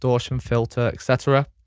distortion, filter, et cetera.